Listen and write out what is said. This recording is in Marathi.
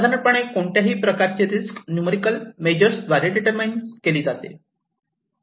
साधारणपणे कोणत्याही प्रकारची रिस्क न्यूमरिकल मेजर्स द्वारे डिटरमाईन्स केली जाते